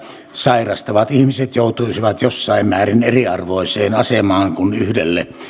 sairastavat ihmiset joutuisivat jossain määrin eriarvoiseen asemaan kun yhdelle